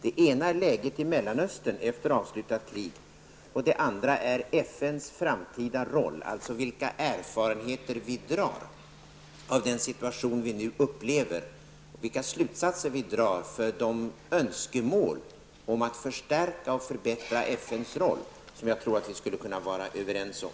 Det ena är läget i Mellanöstern efter ett avslutat krig, och det andra är FNs framtida roll, dvs. de erfarenheter vi får av den situation vi nu upplever och vilka slutsater vi drar när det gäller önskemål om att förstärka och förbättra FNs roll, något som jag tror att vi skulle kunna vara överens om.